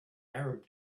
arab